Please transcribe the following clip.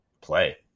play